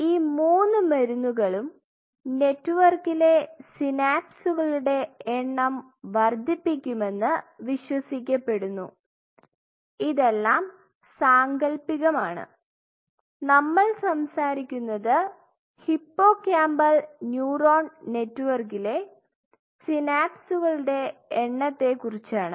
ഈ മൂന്ന് മരുന്നുകളും നെറ്റ്വർക്കിലെ സിനാപ്സുകളുടെ എണ്ണം വർദ്ധിപ്പിക്കുമെന്ന് വിശ്വസിക്കപ്പെടുന്നു ഇതെല്ലാം സാങ്കൽപ്പികമാണ് നമ്മൾ സംസാരിക്കുന്നത് ഹിപ്പോകാമ്പൽ ന്യൂറോൺ നെറ്റ്വർക്കിലെ സിനാപ്സുകളുടെ എണ്ണത്തെ കുറിച്ചാണ്